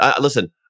Listen